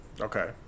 Okay